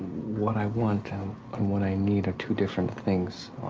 what i want and what i need are two different things,